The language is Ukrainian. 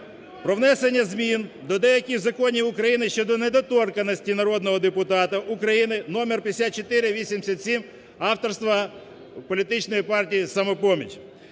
про внесення змін до деяких законів України щодо недоторканості народного депутата України (номер 5487) авторства політичної партії "Самопоміч",